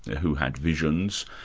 who had visions,